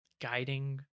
guiding